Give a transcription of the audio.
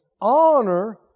Honor